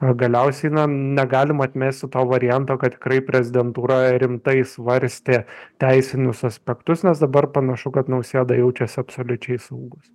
na galiausiai na negalim atmesti to varianto kad tikrai prezidentūra rimtai svarstė teisinius aspektus nes dabar panašu kad nausėda jaučiasi absoliučiai saugus